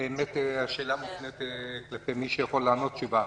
השאלה מופנית אל מי שיכול לענות תשובה.